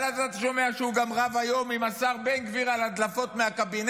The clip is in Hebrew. אבל אז אתה שומע שהוא גם רב היום עם השר בן גביר על הדלפות מהקבינט,